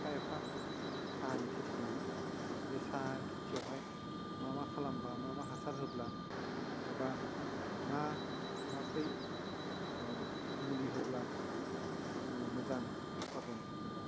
एफा एफा साहानि खेथि दङ बे साहा खेथियावहाय मा मा खालामबा मा मा हासार होब्ला एबा मा माब्रै मुलि होब्ला जोङो मोजां उप्पादन एबा